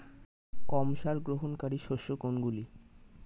কম সার গ্রহণকারী শস্য কোনগুলি?